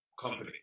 companies